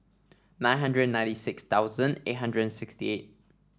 nine hundred ninety six thousand eight hundred sixty eight